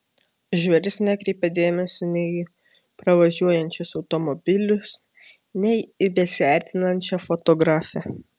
žvėris nekreipė dėmesio nei į pravažiuojančius automobilius nei į besiartinančią fotografę